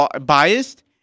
biased